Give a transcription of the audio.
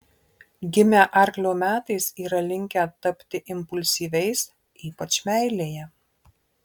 gimę arklio metais yra linkę tapti impulsyviais ypač meilėje